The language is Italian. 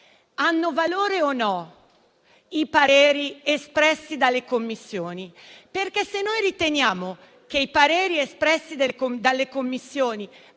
hanno valore o no i pareri espressi dalle Commissioni? Perché se noi riteniamo che i pareri espressi dalle Commissioni